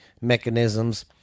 mechanisms